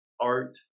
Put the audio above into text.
art